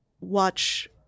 watch